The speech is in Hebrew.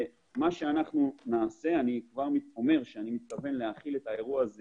אני מתכוון להחיל את האירוע הזה